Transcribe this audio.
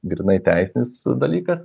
grynai teisinis dalykas